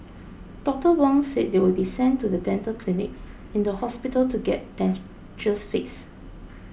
Doctor Wong said they would be sent to the dental clinic in the hospital to get dentures fixed